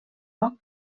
poc